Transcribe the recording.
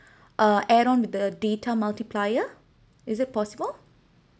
uh add on with the data multiplier is it possible